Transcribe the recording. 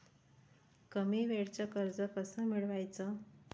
कमी वेळचं कर्ज कस मिळवाचं?